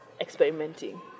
experimenting